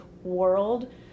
world